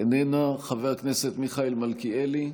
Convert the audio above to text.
איננה, חבר הכנסת מיכאל מלכיאלי,